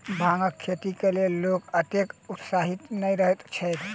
भांगक खेतीक लेल लोक ओतेक उत्साहित नै रहैत छैथ